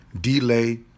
delay